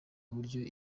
uburyo